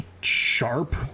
sharp